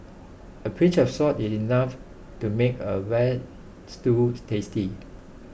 a pinch of salt is enough to make a Veal Stew tasty